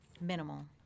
Minimal